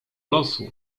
losu